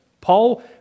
Paul